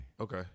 Okay